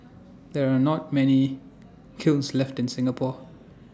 there are not many kilns left in Singapore